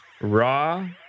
raw